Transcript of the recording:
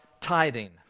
tithing